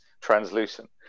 translucent